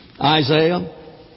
Isaiah